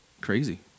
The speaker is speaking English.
crazy